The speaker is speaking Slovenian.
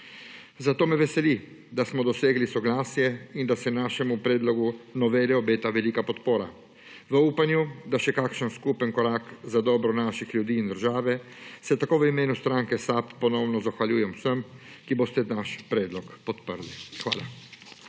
Zato me veseli, da smo dosegli soglasje in da se našemu predlogu novele obeta velika podpora. V upanju na še kakšen skupen korak za dobro naših ljudi in države se tako v imenu stranke SAB ponovno zahvaljujem vsem, ki boste naš predlog podprli. Hvala.